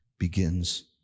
begins